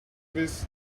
this